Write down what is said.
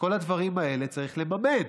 את כל הדברים האלה צריך לממן.